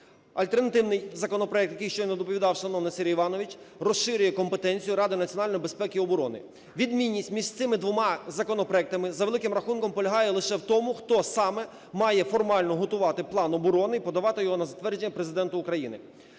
Альтернативний законопроект, який щойно доповідав шановний Сергій Іванович, розширює компетенцію Ради національної безпеки і оборони. Відмінність між цими двома законопроектами, за великим рахунком, полягає лише в тому, хто саме має формально готувати план оборони і подавати його на затвердження Президенту України.